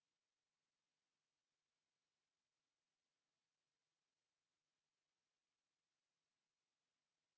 Kiitos,